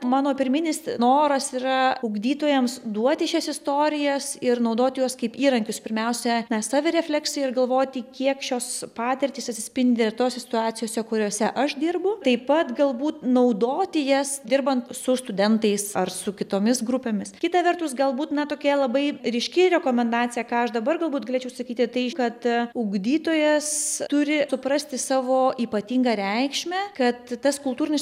mano pirminis noras yra ugdytojams duoti šias istorijas ir naudoti juos kaip įrankius pirmiausia na savirefleksijai ir galvoti kiek šios patirtys atsispindi ir tose situacijose kuriose aš dirbu taip pat galbūt naudoti jas dirbant su studentais ar su kitomis grupėmis kita vertus galbūt na tokia labai ryški rekomendacija ką aš dabar galbūt galėčiau sakyti tai kad ugdytojas turi suprasti savo ypatingą reikšmę kad tas kultūrinis